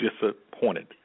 disappointed